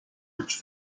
much